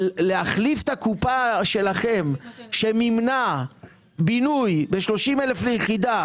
אבל להחליף את הקופה שלכם שמימנה בינוי ב-30,000 ליחידה